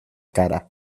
cara